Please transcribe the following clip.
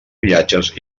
viatges